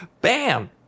bam